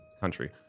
country